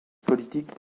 politique